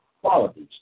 qualities